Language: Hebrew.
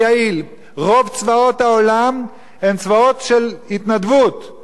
רוב צבאות העולם הם צבאות של התנדבות בשכר.